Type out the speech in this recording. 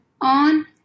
on